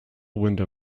window